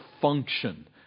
function